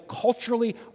culturally